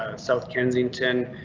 south kensington,